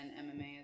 MMA